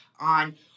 on